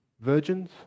virgins